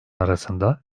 arasında